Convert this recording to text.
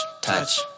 touch